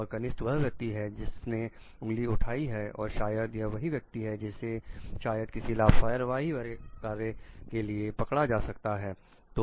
और कनिष्ठ वह व्यक्ति है जिसने उंगली उठाई है और शायद यह वही व्यक्ति है जिसे शायद किसी लापरवाही भरे कार्य के लिए पकड़ा जा सकता है